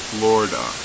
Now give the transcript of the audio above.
Florida